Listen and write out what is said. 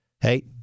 Hey